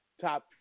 top